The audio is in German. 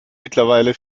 mittlerweile